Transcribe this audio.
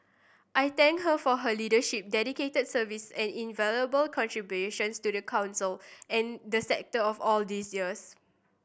I thank her for her leadership dedicated service and invaluable contributions to the Council and the sector of all these years